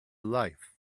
life